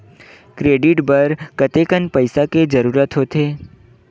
Credit बर कतेकन पईसा के जरूरत होथे?